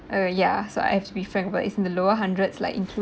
err ya so I've to be frank but it's in the lower hundreds like